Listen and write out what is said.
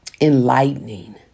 enlightening